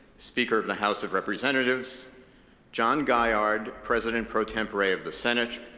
speaker of the house of representatives john gaillard, president pro tempore of the senate.